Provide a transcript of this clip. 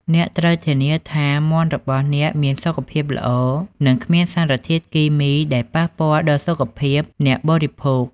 អ្នកត្រូវធានាថាមាន់របស់អ្នកមានសុខភាពល្អ និងគ្មានសារធាតុគីមីដែលប៉ះពាល់ដល់សុខភាពអ្នកបរិភោគ។